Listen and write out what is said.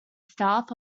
staff